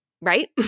right